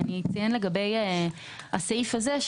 אני אציין לגבי הסעיף הזה,